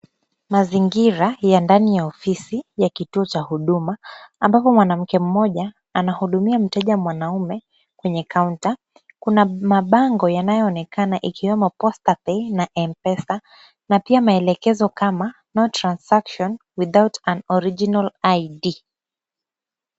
Mazingira ya ndani ya ofisi ya kituo cha huduma ambapo mwanamke mmoja anahudumia mteja mwanaume kwenye counter . Kuna mabango yanayoonekana ikiwemo Posta pay na Mpesa na pia maelekezo kama no transaction without an original ID .